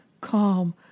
calm